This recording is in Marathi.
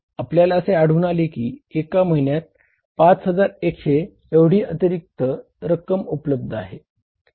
आपल्याला असे आढळून आले की एका महिन्यामध्ये 5100 एवढी अतिरिक्त रक्कम उपलब्ध आहे